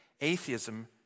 atheism